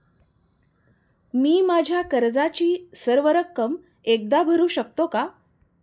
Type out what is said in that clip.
मी माझ्या कर्जाची सर्व रक्कम एकदा भरू शकतो का?